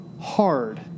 hard